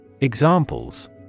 Examples